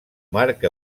marc